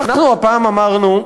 אנחנו הפעם אמרנו,